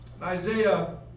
Isaiah